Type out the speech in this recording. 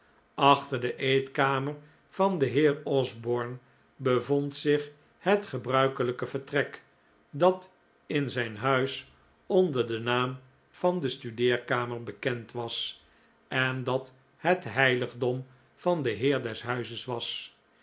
achter de eetkamer van den heer osborne bevond zich het gebruikelijke vertrek dat in zijn huis onder den naam van de studeerkamer bekend was en dat het heiligdom van den heer des huizes was